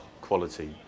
quality